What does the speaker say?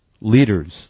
leaders